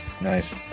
Nice